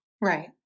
Right